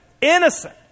innocent